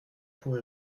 pour